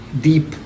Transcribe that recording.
deep